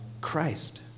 Christ